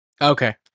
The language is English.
Okay